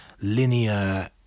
linear